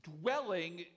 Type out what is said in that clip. dwelling